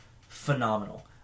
phenomenal